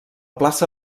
plaça